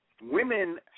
women